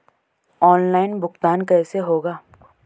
Online भुगतान कैसे होगा?